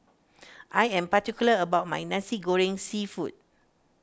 I am particular about my Nasi Goreng Seafood